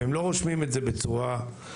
והם לא רושמים את זה בצורה מסודרת.